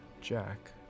Jack